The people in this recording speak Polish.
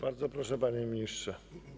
Bardzo proszę, panie ministrze.